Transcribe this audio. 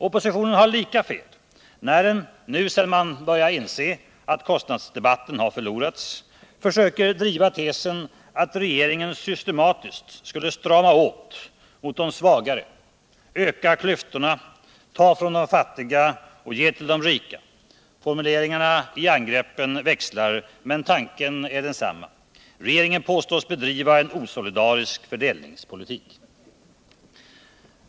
Oppositionen har lika fel när den, nu sedan man börjat inse att kostnadsdebatten har förlorats, försöker driva tesen att regeringen systematiskt skulle strama åt mot de svagare, öka klyftorna, ta från de fattiga och ge till de rika. Formuleringarna i angreppen växlar, men tanken är densamma: Regeringen påstås bedriva en osolidarisk fördelningspolitik.